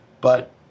But-